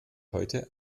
heute